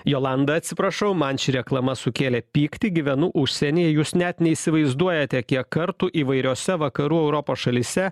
jolanda atsiprašau man ši reklama sukėlė pyktį gyvenu užsienyje jūs net neįsivaizduojate kiek kartų įvairiose vakarų europos šalyse